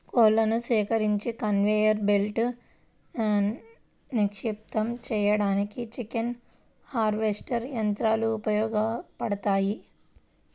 కోళ్లను సేకరించి కన్వేయర్ బెల్ట్పై నిక్షిప్తం చేయడానికి చికెన్ హార్వెస్టర్ యంత్రాలు ఉపయోగపడతాయి